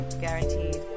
guaranteed